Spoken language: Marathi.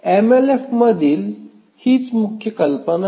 एमएलएफ मधील हीच मुख्य कल्पना आहे